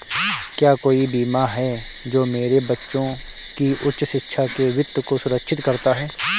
क्या कोई बीमा है जो मेरे बच्चों की उच्च शिक्षा के वित्त को सुरक्षित करता है?